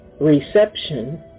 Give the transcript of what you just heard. reception